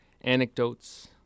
anecdotes